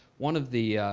one of the